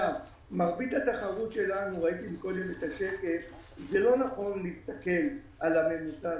מרבית התחרות שלנו ראיתי קודם את השקף: לא נכון להסתכל על הממוצע.